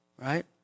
Right